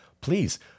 please